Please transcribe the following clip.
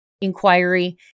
Inquiry